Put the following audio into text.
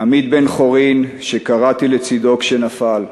עמית בן-חורין, שכרעתי לצדו כשנפל,